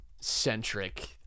centric